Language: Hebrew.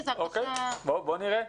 אוקיי, בואו נראה.